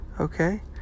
Okay